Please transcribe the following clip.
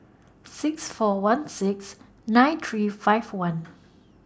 six four one six nine three five one